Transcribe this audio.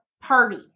party